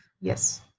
Yes